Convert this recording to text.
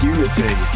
Unity